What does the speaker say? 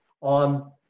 on